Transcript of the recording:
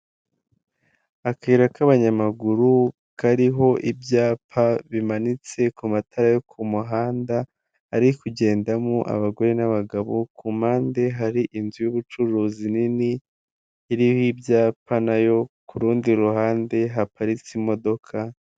Akayira k'abanyamaguru kariho ibyapa bimanitse ku matara yo ku muhanda ari kugendamo abagore n'abagabo ku mpande hari inzu y'ubucuruzi nini iriho ibyapa nayo ku rundi ruhande haparitse imodoka.